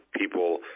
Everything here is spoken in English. people